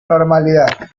normalidad